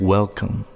Welcome